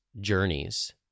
journeys